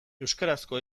euskarazko